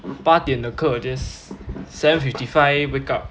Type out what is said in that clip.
八点的课 just seven fifty five wake up